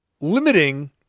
limiting